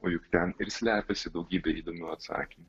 o juk ten ir slepiasi daugybė įdomių atsakymų